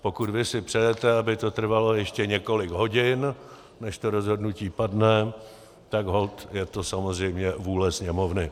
Pokud vy si přejete, aby to trvalo ještě několik hodin, než to rozhodnutí padne, tak holt je to samozřejmě vůle Sněmovny.